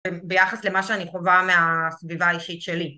ביחס למה שאני חווה מהסביבה האישית שלי